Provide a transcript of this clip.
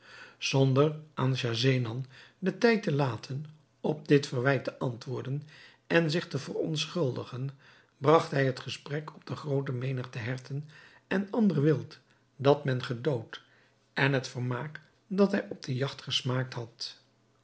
zonder aan schahzenan den tijd te laten op dit verwijt te antwoorden en zich te verontschuldigen bragt hij het gesprek op de groote menigte herten en ander wild dat men gedood en het vermaak dat hij op de jagt gesmaakt had